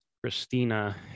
Christina